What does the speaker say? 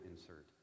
insert